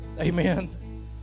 Amen